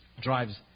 drives